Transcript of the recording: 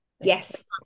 Yes